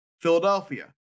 Philadelphia